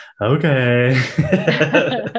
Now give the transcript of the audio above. okay